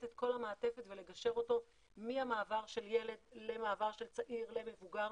את כל המעטפת ולגשר אותו מהמעבר של ילד למעבר של צעיר למבוגר,